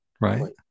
right